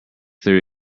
theory